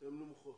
הן נמוכות,